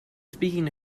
speaking